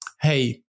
hey